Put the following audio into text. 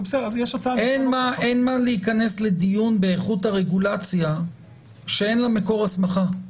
אין מה להיכנס לדיון על איכות הרגולציה שאין לה מקור הסמכה.